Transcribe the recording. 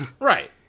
Right